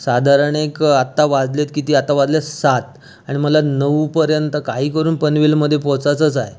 साधारण एक आता वाजलेत किती आता वाजले सात आणि मला नऊपर्यंत काही करून पनवेलमध्ये पोचाचचं आहे